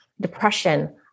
depression